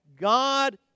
God